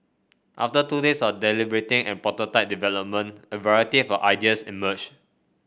after two days of deliberating and prototype development a variety of ideas emerged